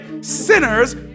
sinners